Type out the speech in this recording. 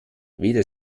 weder